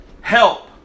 help